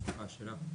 לא,